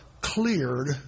cleared